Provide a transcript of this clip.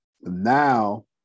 Now